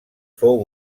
fou